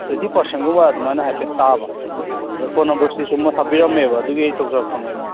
twenty ꯄꯔꯁꯦꯟꯒꯨꯝꯕ ꯑꯗꯨꯃꯥꯏꯅ ꯍꯥꯏꯐꯦꯠ ꯇꯥꯕ ꯑꯗ ꯐꯣꯟ ꯅꯝꯕꯔꯁꯤꯁꯨ ꯃꯣꯏ ꯍꯥꯞꯄꯤꯔꯝꯃꯦꯕ ꯑꯗꯨꯒꯤ ꯑꯩ ꯇꯧꯖꯔꯛꯄꯅꯦꯕ